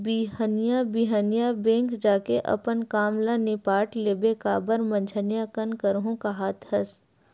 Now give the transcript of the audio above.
बिहनिया बिहनिया बेंक जाके अपन काम ल निपाट लेबे काबर मंझनिया कन करहूँ काहत हस